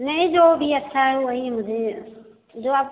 नहीं जो भी अच्छा है वही मुझे जो आप